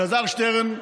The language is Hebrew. אלעזר שטרן,